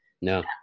No